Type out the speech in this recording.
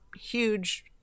huge